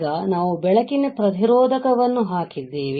ಈಗ ನಾವು ಬೆಳಕಿನ ಪ್ರತಿರೋಧಕವನ್ನು ಹಾಕಿದ್ದೇವೆ